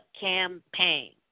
campaign